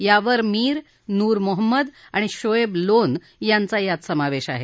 यावर मिर नूर मोहम्मद आणि शोएब लोन यांचा यात समावेश आहे